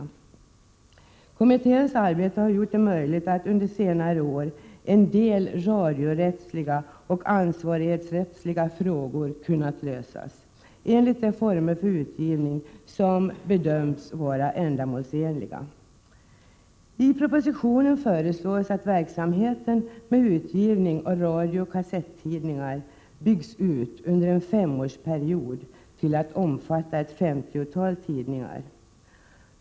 Under kommitténs verksamhet de senaste åren har en rad radiorättsliga och ansvarighetsrättsliga frågor kunnat lösas i enlighet med de former för utgivning som bedöms vara ändamålsenliga. I propositionen föreslås att verksamheten med utgivning av radiooch kassettidningar under en femårsperiod byggs ut till att omfatta ett femtiotal tidningar.